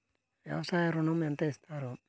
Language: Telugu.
వ్యవసాయ ఋణం ఎంత ఇస్తారు?